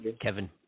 Kevin